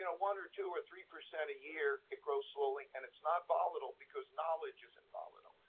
and one or two or three percent a year. it grows slowly, and it's not volatile, because knowledge isn't volatile.